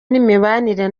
n’imibanire